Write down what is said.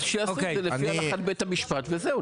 אז שיעשו את זה לפי הלכת בית המשפט, וזהו.